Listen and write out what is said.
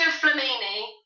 Flamini